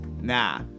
Nah